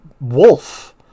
wolf